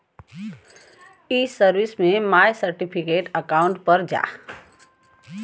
ई सर्विस में my certificate account पर जा